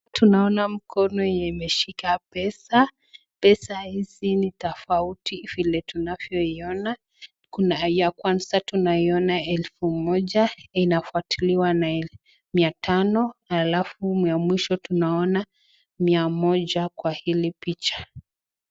Tunaona mkono yenye imeshika pesa, pesa hizi ni tofauti vile tunavyoiona, kuna ya kwanza tunavyoona elfu moja , inafuatiliwa na mia tano. Alafu ya mwisho tunaona mia moja kwa hili picha.